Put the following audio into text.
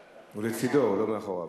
הוא לצדו, לא מאחוריו.